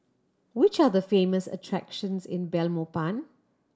which are the famous attractions in Belmopan